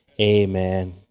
Amen